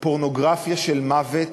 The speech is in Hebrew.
פורנוגרפיה של מוות